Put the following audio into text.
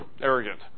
arrogant